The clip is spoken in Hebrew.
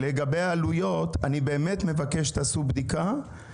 אני מבקש שתעשו בדיקה לגבי העלויות.